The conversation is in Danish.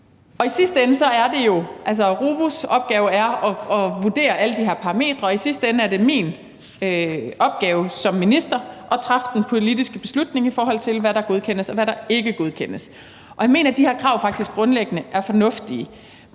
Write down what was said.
så lukningstruer noget andet. RUVU's opgave er at vurdere alle de her parametre, og i sidste ende er det min opgave som minister at træffe den politiske beslutning, i forhold til hvad der godkendes og hvad der ikke godkendes. Og jeg mener faktisk, at de her krav grundlæggende er fornuftige,